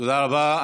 תודה רבה.